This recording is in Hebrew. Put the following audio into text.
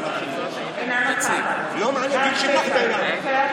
אינה נוכחת רם שפע,